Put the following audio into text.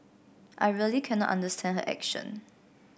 I really cannot understand her action